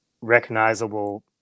recognizable